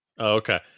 Okay